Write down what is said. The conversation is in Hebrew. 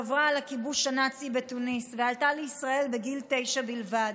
גברה על הכיבוש הנאצי בתוניס ועלתה לישראל בגיל תשע בלבד,